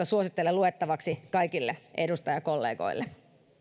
suosittelen niitä luettavaksi kaikille edustajakollegoille